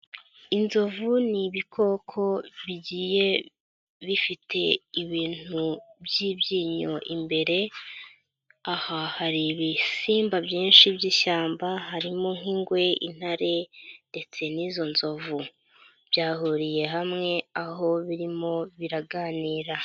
Inzovu n'ibikoko bigiye bifite ibintu by'ibyibyinyo imbere, aha hari ibisimba byinshi by'ishyamba harimo nk'ingwe, intare, ndetse n'izo nzovu byahuriye hamwe aho birimo biraganira.